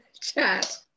chat